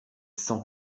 cent